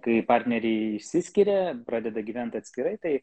kai partneriai išsiskiria pradeda gyvent atskirai tai